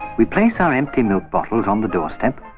we place our empty milk bottles on the doorstep,